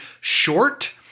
short